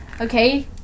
Okay